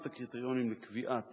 רשימת הקריטריונים לקביעת